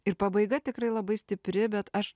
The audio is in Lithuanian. ir pabaiga tikrai labai stipri bet aš